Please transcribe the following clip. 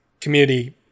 community